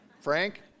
Frank